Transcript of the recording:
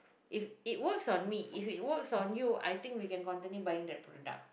if it works on me if it works on you I think we can continue buying that product